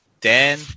Dan